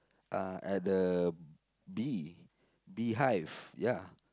uh at the bee beehive ya